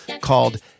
called